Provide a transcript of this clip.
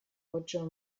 roger